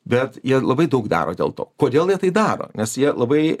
bet jie labai daug daro dėl to kodėl jie tai daro nes jie labai